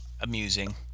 amusing